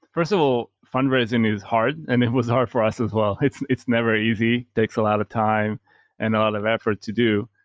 first of all, fundraising is hard. i mean, it was hard for us as well. it's it's never easy. it takes a lot of time and a lot of effort to do.